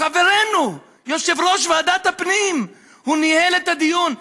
חברנו יושב-ראש ועדת הפנים ניהל את הדיון,